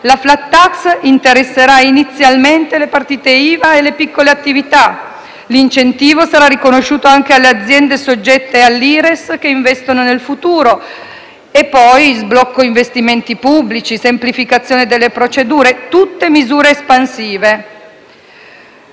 la *flat tax* interesserà inizialmente le partite IVA e le piccole attività; l'incentivo sarà riconosciuto anche alle aziende soggette all'IRES che investono nel futuro. Ci sono poi lo sblocco degli investimenti pubblici, la semplificazione delle procedure, tutte misure espansive.